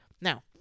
Now